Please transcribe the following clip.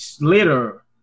later